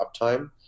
uptime